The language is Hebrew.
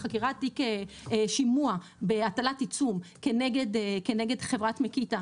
תיק שימוע בהטלת עיצום כנגד חברת מקיטה